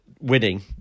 winning